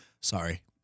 Sorry